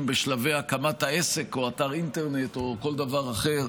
בשלבי הקמת העסק או אתר אינטרנט או כל דבר אחר,